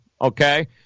okay